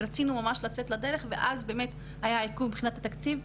רצינו ממש לצאת לדרך ואז באמת היה עיכוב מבחינת התקציב,